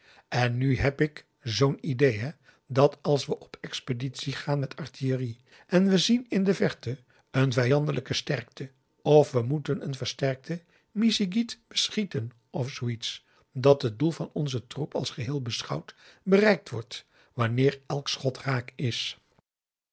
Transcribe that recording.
en nu heb ik zoo'n idée hè dat als we op expeditie gaan met artillerie en we zien in de verte een vijandelijke sterkte of we moeten een versterkte missigit beschieten of zoo iets dat het doel van onzen troep als geheel beschouwd bereikt wordt wanneer elk schot raak is